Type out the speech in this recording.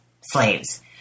slaves